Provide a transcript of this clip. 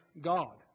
God